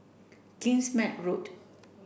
Kingsmead Road